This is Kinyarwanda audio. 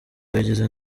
biga